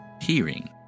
Hearing